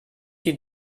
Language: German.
sie